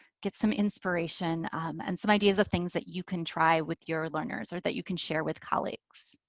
get some inspiration and some ideas of things that you can try with your learners. or that you can share with colleagues.